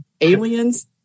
aliens